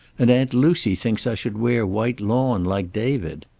and aunt lucy thinks i should wear white lawn, like david!